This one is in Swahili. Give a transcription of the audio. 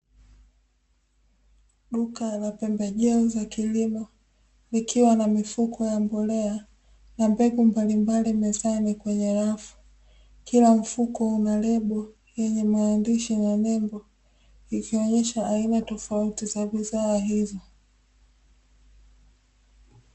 Duka la pembejeo za kilimo likiwa na mifuko ya mbolea na mbegu mbalimbali mezani kwenye rafu, kila mfuko una lebo yenye maandishi na nembo ikionesha aina tofauti ya bidhaa hizo.